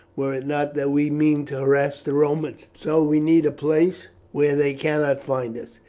were it not that we mean to harass the romans, so we need a place where they cannot find us.